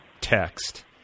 text